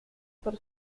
por